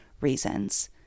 reasons